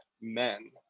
men